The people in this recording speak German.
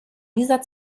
dieser